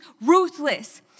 ruthless